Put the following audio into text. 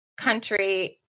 country